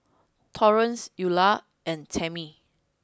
Torrance Eulah and Tamie